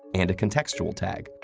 and a contextual tag,